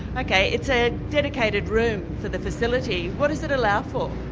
okay, it's a dedicated room for the facility. what does it allow for?